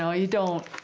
know, you don't